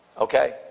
okay